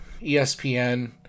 ESPN